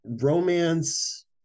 romance